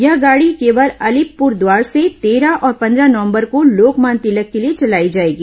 यह गाड़ी केवल अलीपुरद्वार से तेरह और पन्द्रह नवंबर को लोकमान्य तिलक के लिए चलाई जाएगी